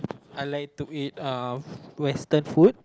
I like to eat uh Western food